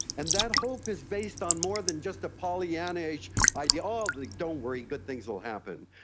and that hope is based on more than just a pollyanna-ish idea oh, don't worry, good things will happen.